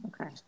Okay